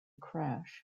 crash